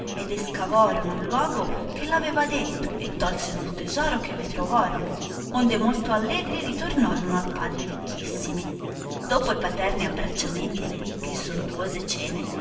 ed escavorono il luogo che r aveva detto e tolseno il tesoro che vi trovorono onde molto allegri ritornorono al padre ricchissimi dopò e paterni abbracciamenti e le ricche e sontuose cene